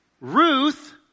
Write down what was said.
Ruth